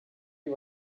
you